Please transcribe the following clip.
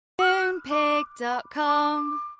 Moonpig.com